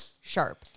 sharp